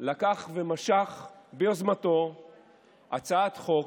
לקח ומשך ביוזמתו הצעת חוק.